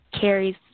Carrie's